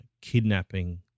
kidnapping